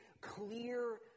clear